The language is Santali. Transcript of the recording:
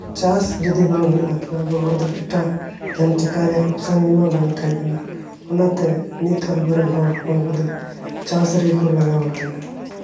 ᱪᱟᱥ ᱡᱩᱫᱤ ᱵᱟᱝ ᱦᱩᱭᱩᱜᱼᱟ ᱛᱚᱵᱮ ᱦᱚᱲ ᱫᱚ ᱮᱴᱟᱜᱼᱟ ᱡᱟᱦᱟᱱ ᱪᱤᱠᱟᱹᱭ ᱨᱮᱭᱟᱜ ᱚᱯᱥᱮᱱ ᱜᱮᱢᱟ ᱵᱟᱝ ᱛᱟᱦᱮᱱ ᱠᱟᱱᱟ ᱚᱱᱟᱛᱮ ᱱᱤᱛᱚ ᱦᱚᱸ ᱟᱵᱚ ᱨᱮᱱ ᱦᱚᱲ ᱦᱚᱯᱚᱱ ᱠᱚᱫᱚ ᱪᱟᱥ ᱨᱮᱜᱮ ᱠᱚ ᱞᱟᱜᱟᱣ ᱟᱠᱟᱱᱟ